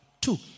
two